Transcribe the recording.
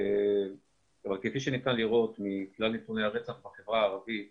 שם יש מספר רב של